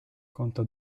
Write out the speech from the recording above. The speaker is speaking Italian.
conta